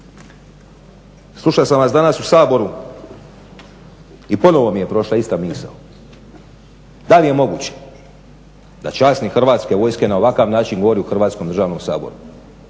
Slušao sam vas danas u Saboru i ponovo mi je prošla ista misao. Da li je moguće da časnik hrvatske vojske na ovakav način govori u hrvatskom državnom saboru